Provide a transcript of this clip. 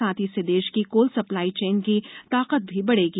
साथ ही इससे देश की कोल सप्लाई चेन की ताकत भी बढ़ेगी